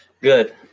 Good